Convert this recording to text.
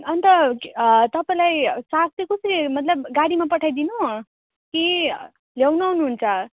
अन्त तपाईँलाई साग चाहिँ कसरी मतलब गाडीमा पठाइदिनु कि ल्याउनु आउनुहुन्छ